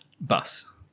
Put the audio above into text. Bus